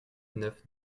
neuf